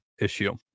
issue